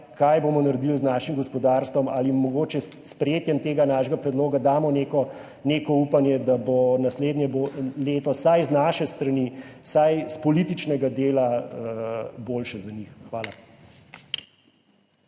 kaj bomo naredili z našim gospodarstvom, ali mogoče s sprejetjem tega našega predloga damo neko upanje, da bo naslednje leto vsaj z naše strani, vsaj s političnega dela, boljše za njih. Hvala.